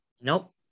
Nope